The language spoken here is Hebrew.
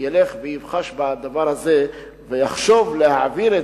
ילך ויבחש בדבר הזה ויחשוב להעביר את